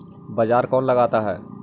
बाजार कौन लगाता है?